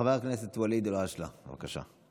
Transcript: חבר הכנסת ואליד אלהואשלה, בבקשה.